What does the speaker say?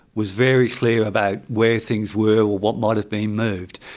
was very clear about where things were or what might've been moved.